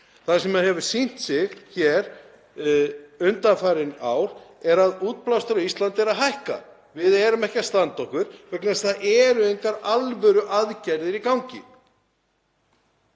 Það sem hefur sýnt sig undanfarin ár er að útblástur á Íslandi er að aukast. Við erum ekki að standa okkur vegna þess að það eru engar alvöruaðgerðir í gangi.